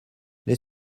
les